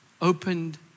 opened